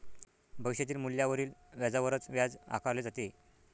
भविष्यातील मूल्यावरील व्याजावरच व्याज आकारले जाते